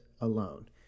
alone